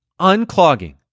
unclogging